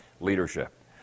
leadership